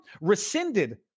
Rescinded